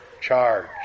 charge